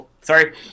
Sorry